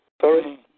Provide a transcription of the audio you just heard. Sorry